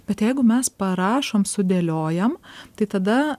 bet jeigu mes parašom sudėliojam tai tada